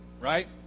right